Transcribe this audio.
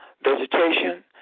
vegetation